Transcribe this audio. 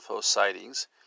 sightings